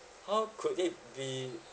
how could it be